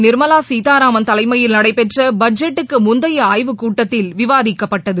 நிர்மலாசீதாராமன் தலையில் நடைபெற்றபட்ஜெட்டுக்குமுந்தையஆய்வுக் கூட்டத்தில் விவாதிக்கப்பட்டது